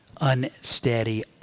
unsteady